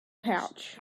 pouch